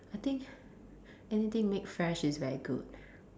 I think anything made fresh is very good